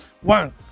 One